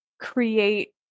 create